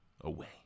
away